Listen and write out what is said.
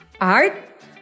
art